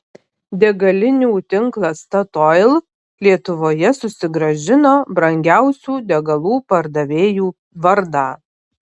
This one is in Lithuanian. degalinių tinklas statoil lietuvoje susigrąžino brangiausių degalų pardavėjų vardą